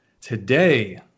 Today